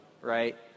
right